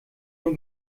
nur